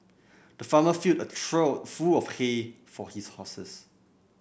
the farmer filled a trough full of hay for his horses